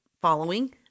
following